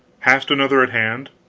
hast another at hand?